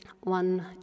one